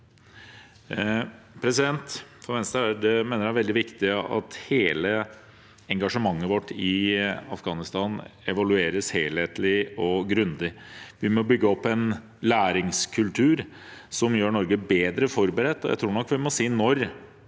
Venstre mener det er veldig viktig at hele engasjementet vårt i Afghanistan evalueres helhetlig og grundig. Vi må bygge opp en læringskultur som gjør Norge bedre forberedt når – og jeg tror nok vi må si når,